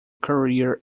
career